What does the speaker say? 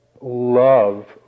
love